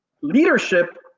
Leadership